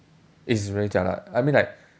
it's really jialat I mean like